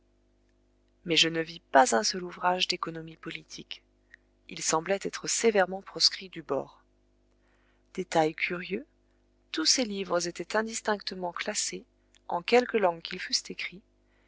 mais je ne vis pas un seul ouvrage d'économie politique ils semblaient être sévèrement proscrits du bord détail curieux tous ces livres étaient indistinctement classés en quelque langue qu'ils fussent écrits